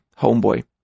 homeboy